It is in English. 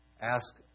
Ask